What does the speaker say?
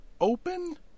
open